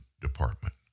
Department